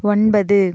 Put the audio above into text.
ஒன்பது